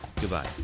goodbye